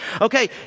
Okay